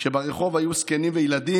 כשברחוב היו זקנים וילדים.